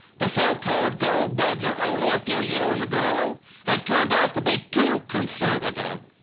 the so-called gold bugs of only a few years ago have turned out to be too conservative.